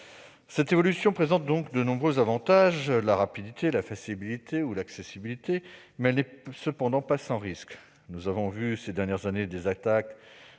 Cette évolution présente donc de nombreux avantages, comme la rapidité, la facilité ou l'accessibilité, mais elle n'est cependant pas sans risques. Nous avons vu ces dernières années les attaques